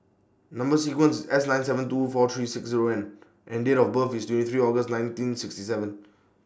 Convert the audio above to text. Number sequence IS S nine seven two four three six Zero N and Date of birth IS twenty three August nineteen sixty seven